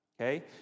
okay